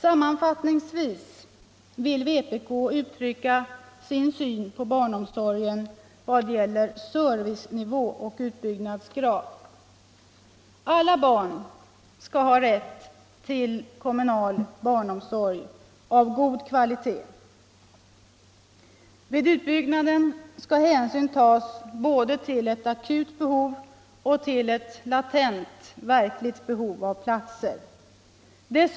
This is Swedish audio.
Sammanfattningsvis vill vpk uttrycka sin syn på barnomsorgen i vad gäller servicenivå och utbyggnadsgrad på detta sätt: 3.